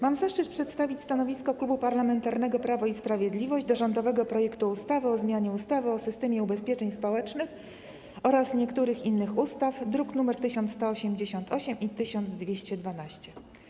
Mam zaszczyt przedstawić stanowisko Klubu Parlamentarnego Prawo i Sprawiedliwość wobec rządowego projektu ustawy o zmianie ustawy o systemie ubezpieczeń społecznych oraz niektórych innych ustaw, druki nr 1188 i 1212.